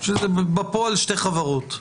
שזה בפועל שתי חברות: